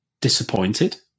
disappointed